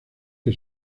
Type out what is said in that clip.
que